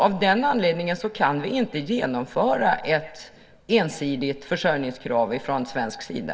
Av den anledningen kan vi inte genomföra ett ensidigt försörjningskrav från svensk sida.